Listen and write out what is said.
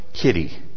Kitty